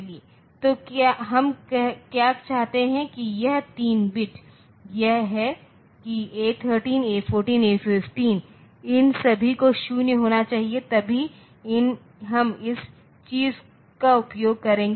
तो हम क्या चाहते हैं कि यह तीनों बिट्स यह है कि A13 A14 A15 इन सभी को 0 होना चाहिए तभी हम इस चीज का उपयोग करेंगे